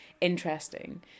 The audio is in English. interesting